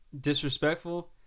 disrespectful